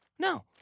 No